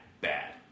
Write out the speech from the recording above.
bad